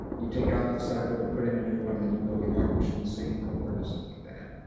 you take out the sock filter, put in a new one, and then you go either wash in the sink or or just something like that.